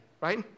right